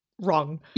wrong